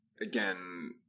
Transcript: again